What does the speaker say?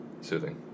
Soothing